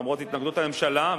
למרות התנגדות הממשלה,